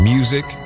Music